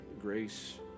grace